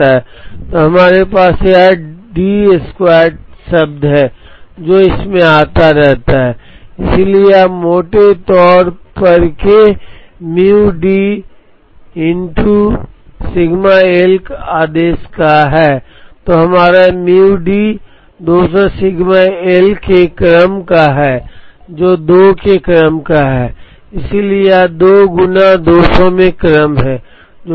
तो हमारे पास यह डी वर्ग शब्द है जो इसमें आता रहता है इसलिए यह मोटे तौर पर के μ D x σL आदेश का हैI तो हमारा म्यू डी 200 सिग्मा एल के क्रम का है जो 2 के क्रम का है इसलिए यह 2 गुणा 200 में क्रम है जो 400 है